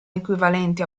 equivalenti